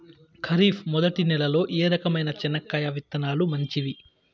ఖరీఫ్ మొదటి నెల లో ఏ రకమైన చెనక్కాయ విత్తనాలు మంచివి